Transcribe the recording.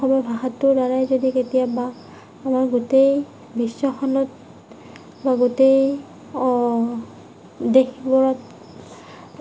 অসমীয়া ভাষাটোৰ দ্বাৰাই যদি কেতিয়াবা আমি গোটেই বিশ্বখনত বা গোটেই দেশবোৰত